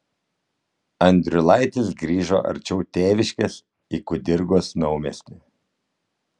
andriulaitis grįžo arčiau tėviškės į kudirkos naumiestį